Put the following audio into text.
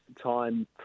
time